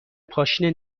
پاشنه